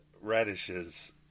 radishes